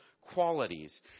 qualities